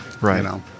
Right